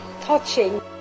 touching